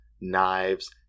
knives